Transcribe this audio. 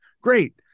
Great